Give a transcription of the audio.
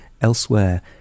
elsewhere